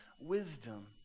wisdom